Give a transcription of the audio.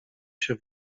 się